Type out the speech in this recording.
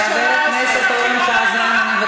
חבר הכנסת אורן חזן.